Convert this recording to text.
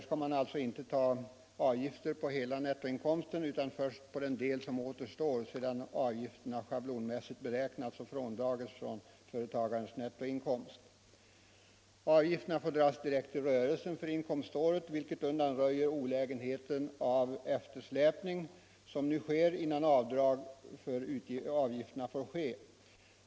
Dessa kommer inte som hittills att tas ut på hela nettoinkomsten utan bara på den del som återstår sedan avgifterna schablonmässigt har beräknats och dragits av från företagarens nettoinkomst. Avgifterna får dras direkt i rörelsen för inkomståret, vilket undanröjer olägenheten med den eftersläpning som nu uppstår.